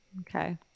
Okay